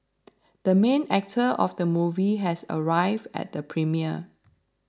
the main actor of the movie has arrived at the premiere